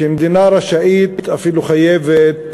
שמדינה רשאית, אפילו חייבת,